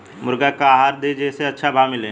मुर्गा के का आहार दी जे से अच्छा भाव मिले?